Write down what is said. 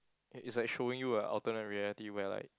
it it's like showing you a alternate reality where like